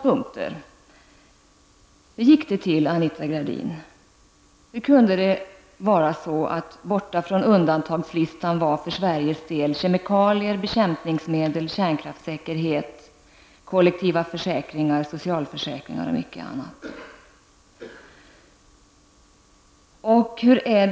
Hur kunde det vara så att borta från undantagslistan var för Sveriges del: kemikalier, bekämpningsmedel, kärnkraftssäkerhet, kollektiva försäkringar, socialförsäkringar och mycket annat. Hur gick det till, Anita Gradin?